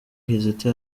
kizito